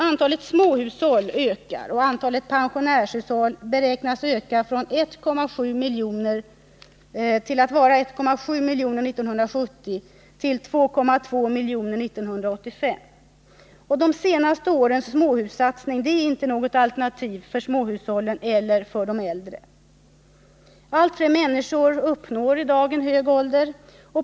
Antalet småhushåll och pensionärshushåll beräknas öka från 1.7 miljoner 1970 till 2,2 miljoner 1985. De senaste årens småhussatsning är inte något alternativ för småhushållen eller för de äldre. Allt fler människor uppnår i dag en hög ålder.